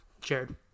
Jared